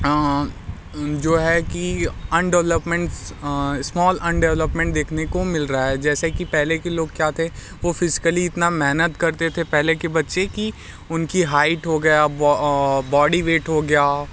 जो है कि अनडेवलपमेंट स्माल अनडेवलपमेंट देखने को मिल रहा है जैसे कि पहले के लोग क्या थे वो फ़िसकली इतना मेहनत करते थे पहले के बच्चे कि उनकी हाईट हो गया ब बॉडी वेट हो गया